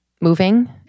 moving